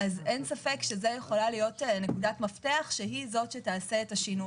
אין ספק שזו יכולה להיות נקודת מפתח שהיא זו שתעשה את השינוי.